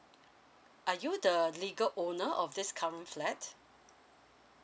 are you the legal owner of this current flat